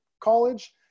college